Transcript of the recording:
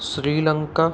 Sri Lanka